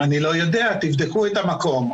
'אני לא יודע, תבדקו את המקום'.